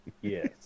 Yes